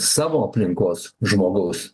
savo aplinkos žmogaus